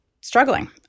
struggling